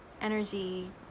energy